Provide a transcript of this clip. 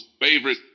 favorite